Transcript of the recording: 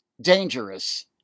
dangerous